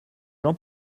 jean